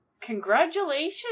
Congratulations